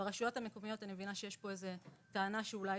אני מבינה שברשויות המקומיות יש טענה שאולי